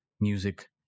music